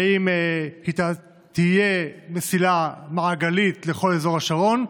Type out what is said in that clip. האם תהיה מסילה מעגלית לכל אזור השרון,